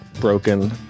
Broken